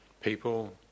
people